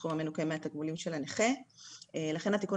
לסכום המנוכה מהתגמולים של הנכה ולכן התיקון